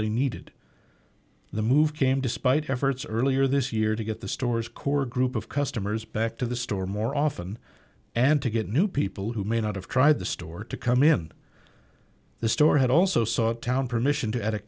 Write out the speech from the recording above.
they needed the move came despite efforts earlier this year to get the stores core group of customers back to the store more often and to get new people who may not have tried the store to come in the store had also sought town permission to a